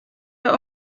der